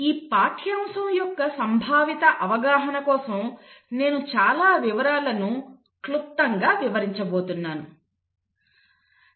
ఈ పాఠ్యాంశం యొక్క సంభావిత అవగాహన కోసం నేను చాలా వివరాలను క్లుప్తంగా వివరించబోతున్నాను